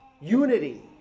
unity